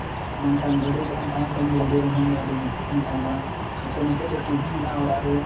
ᱢᱮᱱᱠᱷᱟᱱ ᱨᱮᱰᱤᱭᱳ ᱡᱚᱠᱷᱚᱱ ᱛᱟᱦᱮᱠᱟᱱᱟ ᱩᱱᱫᱚ ᱨᱳᱰᱤᱭᱳ ᱨᱮᱱ ᱤᱧ ᱫᱚ ᱟᱹᱰᱤ ᱜᱮ ᱵᱷᱚᱠᱛᱚᱧ ᱛᱟᱦᱮᱠᱟᱱ ᱟᱫᱚ ᱱᱤᱛᱳᱜ ᱫᱚ ᱴᱤᱵᱷᱤ ᱢᱮᱱᱟᱜᱼᱟ ᱛᱚ ᱚᱱᱟᱛᱮ ᱤᱧ